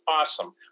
awesome